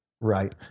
right